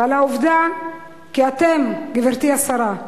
ועל העובדה כי אתם, גברתי השרה,